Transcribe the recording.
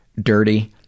dirty